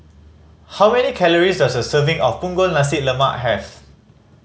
how many calories does a serving of Punggol Nasi Lemak have